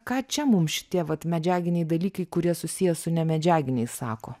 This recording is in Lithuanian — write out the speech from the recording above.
ką čia mums šitie vat medžiaginiai dalykai kurie susiję su nemedžiaginiais sako